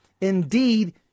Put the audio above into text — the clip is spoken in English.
Indeed